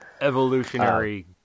Evolutionary